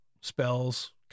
spells